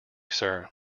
sir